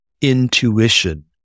intuition